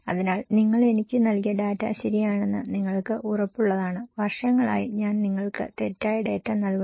അതിനാൽ നിങ്ങൾ എനിക്ക് നൽകിയ ഡാറ്റ ശരിയാണെന്ന് നിങ്ങൾക്ക് ഉറപ്പുള്ളതാണ് വർഷങ്ങളായി ഞാൻ നിങ്ങൾക്ക് തെറ്റായ ഡാറ്റ നൽകുന്നു